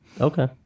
Okay